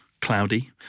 Cloudy